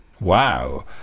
Wow